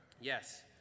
Yes